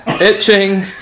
Itching